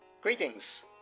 Greetings